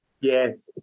Yes